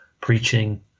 preaching